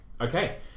Okay